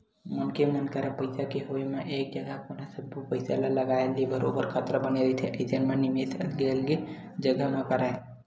मनखे मन करा पइसा के होय म एक जघा कोनो सब्बो पइसा ल लगाए ले बरोबर खतरा बने रहिथे अइसन म निवेस अलगे अलगे जघा म करय